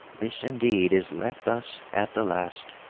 this indeed is left us at the last.